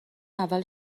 اول